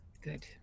Good